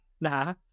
nah